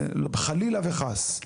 חלילה וחס.